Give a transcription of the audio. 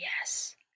yes